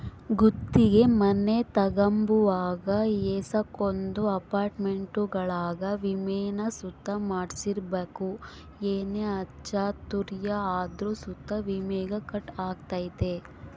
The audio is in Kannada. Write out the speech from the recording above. ಗುತ್ತಿಗೆ ಮನೆ ತಗಂಬುವಾಗ ಏಸಕೊಂದು ಅಪಾರ್ಟ್ಮೆಂಟ್ಗುಳಾಗ ವಿಮೇನ ಸುತ ಮಾಡ್ಸಿರ್ಬಕು ಏನೇ ಅಚಾತುರ್ಯ ಆದ್ರೂ ಸುತ ವಿಮೇಗ ಕಟ್ ಆಗ್ತತೆ